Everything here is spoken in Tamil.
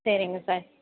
சரிங்க சார்